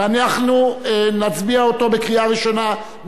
ואנחנו נצביע עליו בקריאה ראשונה.